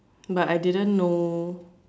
but I didn't know